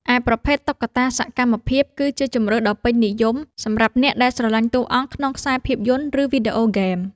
ឯប្រភេទ តុក្កតាសកម្មភាព គឺជាជម្រើសដ៏ពេញនិយមសម្រាប់អ្នកដែលស្រឡាញ់តួអង្គក្នុងខ្សែភាពយន្ត ឬវីដេអូហ្គេម។